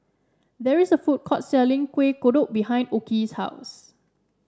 there is a food court selling Kueh Kodok behind Okey's house